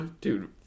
Dude